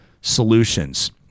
solutions